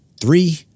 Three